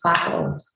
follow